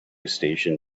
station